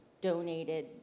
donated